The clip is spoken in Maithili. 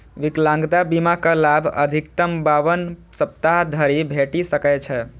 विकलांगता बीमाक लाभ अधिकतम बावन सप्ताह धरि भेटि सकै छै